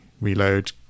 reload